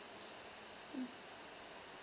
mm